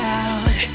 out